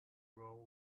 road